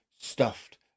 stuffed